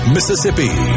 Mississippi